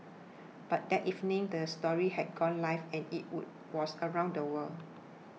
by that evening the story had gone live and it would was around the world